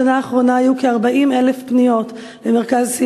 בשנה האחרונה היו כ-40,000 פניות למרכזי